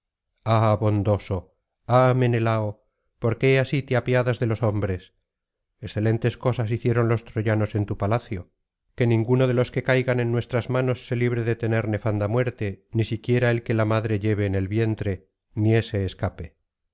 ah menelao por qué así te apiadas de los hombres excelentes cosas hicieron los troyanos en tu palacio que ninguno de los que caigan en nuestras manos se libre de tener nefanda muerte ni siquiera el que la madre lleve en el vientre ni ese escape